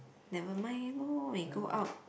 never mind lor we go out